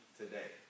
today